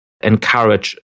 encourage